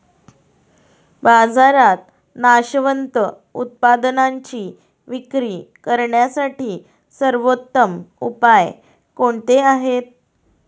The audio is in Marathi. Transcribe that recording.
बाजारात नाशवंत उत्पादनांची विक्री करण्यासाठी सर्वोत्तम उपाय कोणते आहेत?